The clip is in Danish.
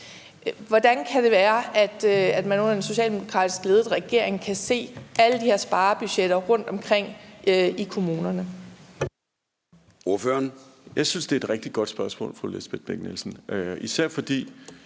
Hvordan kan det være, at man under en socialdemokratisk ledet regering kan se alle de her sparebudgetter rundtomkring i kommunerne?